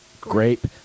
Grape